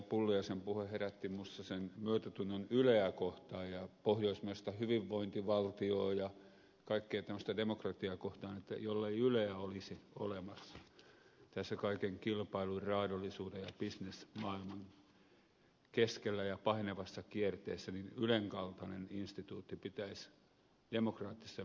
pulliaisen puhe herätti minussa sen myötätunnon yleä kohtaan ja pohjoismaista hyvinvointivaltiota ja kaikkea tämmöistä demokratiaa kohtaan että jollei yleä olisi olemassa tässä kaiken kilpailun raadollisuuden ja bisnesmaailman keskellä ja pahenevassa kierteessä niin ylen kaltainen instituutti pitäisi demokraattisessa mielessä keksiä